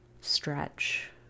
Stretch